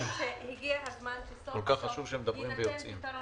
הגיע הזמן שסוף סוף שיינתן פתרון.